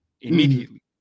immediately